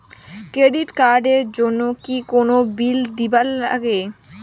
Credit card এর জন্যে কি কোনো বিল দিবার লাগে?